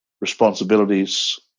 responsibilities